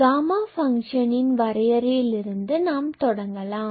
gamma function இன் வரையறையில் இருந்து நாம் தொடங்கலாம்